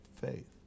faith